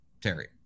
Terry